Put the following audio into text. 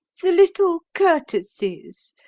the little courtesies,